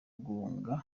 rugunga